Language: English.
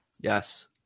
Yes